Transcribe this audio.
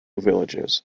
villages